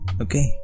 Okay